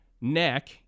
neck